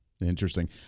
Interesting